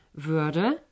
würde